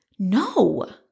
No